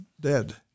dead